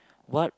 what